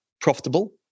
profitable